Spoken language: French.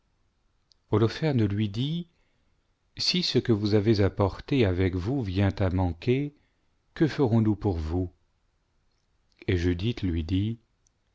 lui dit si ce que vous avez apporté avec vous vient à manquer que ferons-nous pour vous et judith lui dit